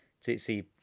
see